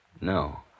No